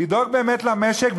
לדאוג באמת למשק,